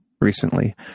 recently